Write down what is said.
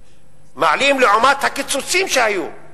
מעלים לעומת הקיצוצים שהיו.